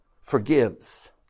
forgives